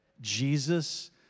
Jesus